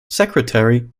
secretary